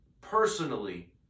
personally